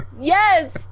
Yes